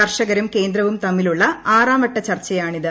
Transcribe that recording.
കർഷകരും കേന്ദ്രവും തമ്മിലുള്ള ആറാം വട്ട ചർച്ചയാണിത്